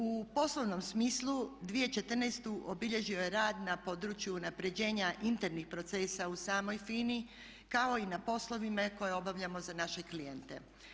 U poslovnom smislu 2014. obilježio je rad na području unapređenja internih procesa u samoj FINA-i kao i na poslovima koje obavljamo za naše klijente.